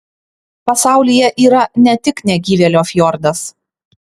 pasaulyje yra ne tik negyvėlio fjordas